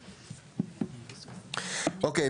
אוקיי.